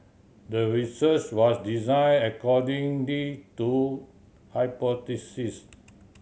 the research was designed according to hypothesis